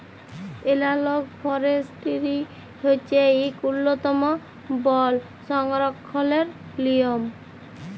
এলালগ forestry হছে ইক উল্ল্যতম বল সংরখ্খলের লিয়ম